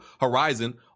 Horizon